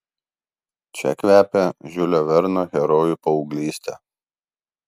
čia kvepia žiulio verno herojų paauglyste